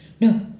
No